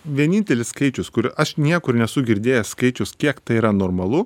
vienintelis skaičius kurio aš niekur nesu girdėjęs skaičiaus kiek tai yra normalu